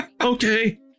Okay